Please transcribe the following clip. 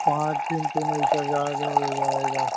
पाँच दिन तो नहीं सर ज़्यादा हो जाएगा